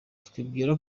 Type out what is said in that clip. twibwira